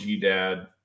dad